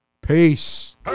Peace